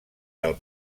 del